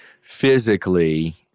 physically